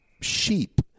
sheep